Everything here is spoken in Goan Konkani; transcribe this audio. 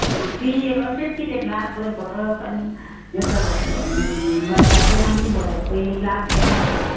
आं ती अशेंच कितें लाक भर भरप आनी हें करप वर्साचे मागीर भरप पयली लाक एडमिशन